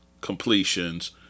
completions